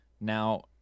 now